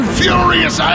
furious